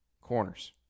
corners